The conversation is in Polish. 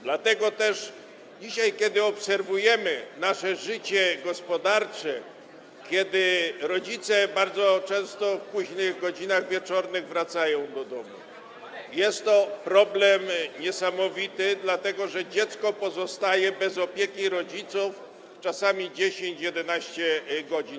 Dlatego też dzisiaj, kiedy obserwujemy nasze życie gospodarcze, kiedy rodzice bardzo często w późnych godzinach wieczornych wracają do domu, jest to problem niesamowity, dlatego że dziecko pozostaje bez opieki rodziców czasami 10–11 godzin.